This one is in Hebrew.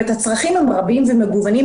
כלומר הצרכים הם רבים ומגוונים,